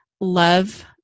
love